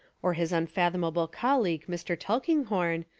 or his unfathom able colleague mr, tulkinghorn,